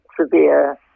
severe